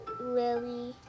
Lily